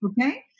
Okay